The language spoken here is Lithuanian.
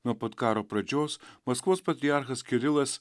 nuo pat karo pradžios maskvos patriarchas kirilas